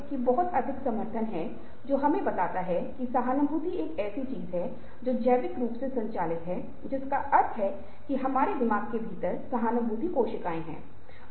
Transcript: और जब आप भूमिका निभा रहे हों जैसे कि आप सुनने के लिए इच्छुक हों तो इस बात का आकलन करने की कोशिश करें कि वे कौन से उपकरण हैं जिनका उपयोग आप संवाद करने के लिए कर रहे हैं अथवा अपनी रूचि दिखाने के लिए कर रहे हैं